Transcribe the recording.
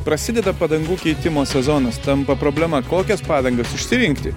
prasideda padangų keitimo sezonas tampa problema kokias padangas išsirinkti